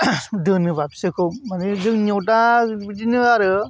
दोनोब्ला बिसोरखौ मानि जोंनियाव दा बिदिनो आरो